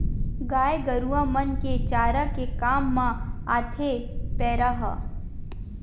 गाय गरुवा मन के चारा के काम म आथे पेरा ह